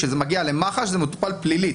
כשזה מגיע למח"ש זה מטופל פלילית,